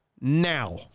now